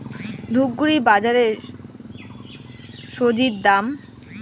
ধূপগুড়ি বাজারের স্বজি দাম?